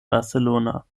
barcelona